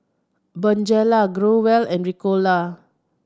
Bonjela Growell and Ricola